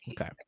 Okay